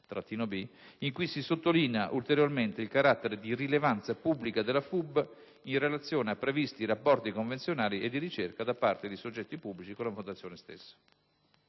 in cui si sottolinea ulteriormente il carattere di rilevanza pubblica della Fondazione Ugo Bordoni in relazione a previsti rapporti convenzionali e di ricerca da parte dei soggetti pubblici con la Fondazione stessa.